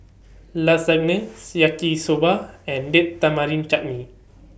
Lasagne Yaki Soba and Date Tamarind Chutney